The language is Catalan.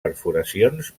perforacions